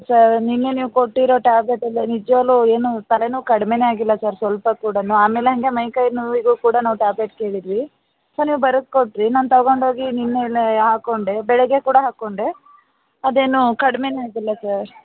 sir ನಿನ್ನೆ ನೀವು ಕೊಟ್ಟಿರೊ ಟ್ಯಾಬ್ಲೆಟಲ್ಲಿ ನಿಜವಾಗ್ಲು ಏನು ತಲೆನೋವು ಕಡಿಮೆನೆ ಆಗಿಲ್ಲ ಸರ್ ಸ್ವಲ್ಪ ಕೂಡನು ಆಮೇಲೆ ಹಂಗೆ ಮೈ ಕೈ ನೋವಿಗೂ ಕೂಡ ನಾವು ಟ್ಯಾಬ್ಲೆಟ್ ಕೇಳಿದ್ವಿ ಸರ್ ನೀವು ಬರೆದು ಕೊಟ್ಟಿರಿ ನಾನು ತಗೊಂಡು ಹೋಗಿ ನಿನ್ನೆನೆ ಹಾಕೊಂಡೆ ಬೆಳಗ್ಗೆ ಕೂಡ ಹಾಕೊಂಡೆ ಅದೇನು ಕಡಿಮೆನೆ ಆಗಿಲ್ಲ ಸರ್